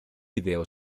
vídeo